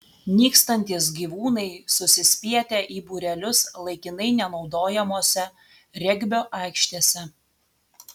nykstantys gyvūnai susispietę į būrelius laikinai nenaudojamose regbio aikštėse